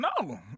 No